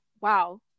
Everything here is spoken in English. wow